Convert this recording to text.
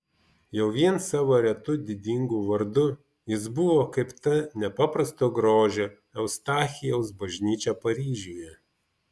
jau vien savo retu didingu vardu jis buvo kaip ta nepaprasto grožio eustachijaus bažnyčia paryžiuje